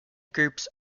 groups